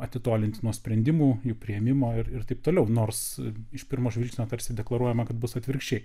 atitolinti nuo sprendimų priėmimo ir ir taip toliau nors iš pirmo žvilgsnio tarsi deklaruojama kad bus atvirkščiai